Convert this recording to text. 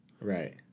Right